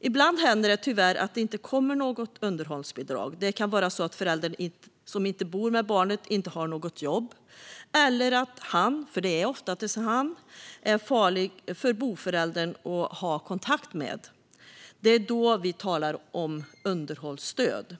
Ibland händer det tyvärr att det inte kommer något underhållsbidrag. Det kan vara så att föräldern som inte bor med barnet inte har något jobb eller att han - det är oftast en han - är farlig för boföräldern att ha kontakt med. Det är då vi talar om underhållsstöd.